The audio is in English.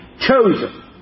chosen